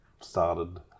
started